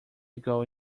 ago